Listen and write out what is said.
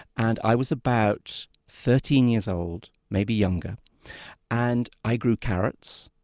and i was about thirteen years old, maybe younger and i grew carrots,